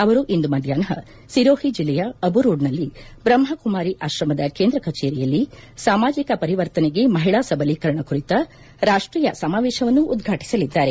ಅವರು ಇಂದು ಮಧ್ಯಾಪ್ನ ಸಿರೋಹಿ ಜಿಲ್ಲೆಯ ಅಬುರೋಡ್ನಲ್ಲಿ ಬ್ರಹ್ಮಮಾರಿ ಆಶ್ರಮದ ಕೇಂದ್ರ ಕಚೇರಿಯಲ್ಲಿ ಸಾಮಾಜಿಕ ಪರಿವರ್ತನೆಗೆ ಮಹಿಳಾ ಸಬಲೀಕರಣ ಕುರಿತ ರಾಷ್ಟೀಯ ಸಮಾವೇಶವನ್ನು ಉದ್ಘಾಟಸಲಿದ್ದಾರೆ